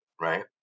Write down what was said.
right